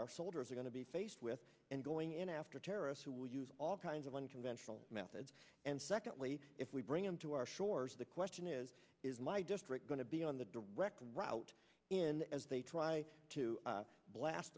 our soldiers are going to be faced with and going after terrorists who will use all kinds of unconventional methods and secondly if we bring him to our shores the question is is my district going to be on the direct route in as they try to blast